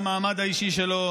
על המעמד האישי שלו,